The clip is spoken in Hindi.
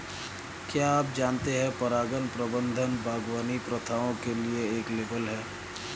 क्या आप जानते है परागण प्रबंधन बागवानी प्रथाओं के लिए एक लेबल है?